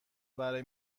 برای